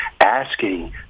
asking